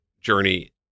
journey